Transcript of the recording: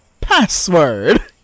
password